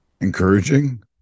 encouraging